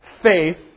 faith